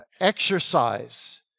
exercise